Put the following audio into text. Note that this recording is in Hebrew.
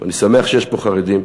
ואני שמח שיש פה חרדים,